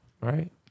Right